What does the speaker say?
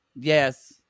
yes